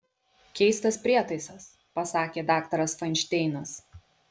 keistas prietaisas pasakė daktaras fainšteinas